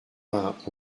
vingt